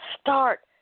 start